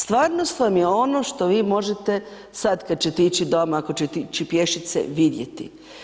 Stvarnost vam je ono što vi možete, sad kad ćete ići doma, ako ćete ići pješice, vidjeti.